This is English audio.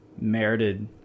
merited